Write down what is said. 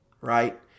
right